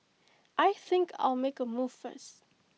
I think I'll make A move first